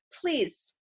please